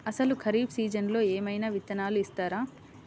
అసలు ఖరీఫ్ సీజన్లో ఏమయినా విత్తనాలు ఇస్తారా?